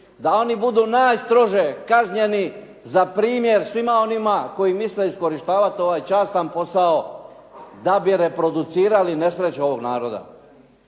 da oni budu najstrože kažnjeni za primjer svima onima koji misle iskorištavati ovaj častan posao da bi reproducirali nesreću ovog naroda.